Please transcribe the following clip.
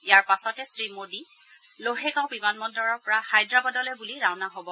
ইয়াৰ পাছতে শ্ৰীমোডী লোহেগাঁও বিমান বন্দৰৰ পৰা হায়দৰাবাদলৈ বুলি ৰাওনা হব